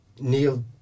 Neil